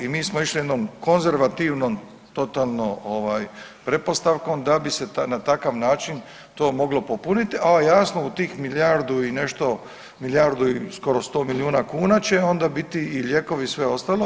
I mi smo išli jednom konzervativnom totalno ovaj pretpostavkom da bi se na takav način to moglo popuniti, a jasno u tih milijardu i nešto, milijardu i skoro 100 miliona kuna će onda biti i lijekovi i sve ostalo.